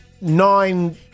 nine